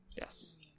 Yes